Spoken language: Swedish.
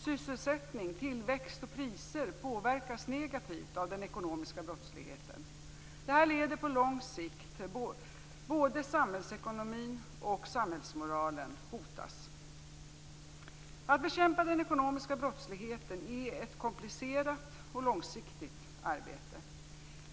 Sysselsättning, tillväxt och priser påverkas negativt av den ekonomiska brottsligheten. Detta leder på lång sikt till att både samhällsekonomin och samhällsmoralen hotas. Att bekämpa den ekonomiska brottsligheten är ett komplicerat och långsiktigt arbete.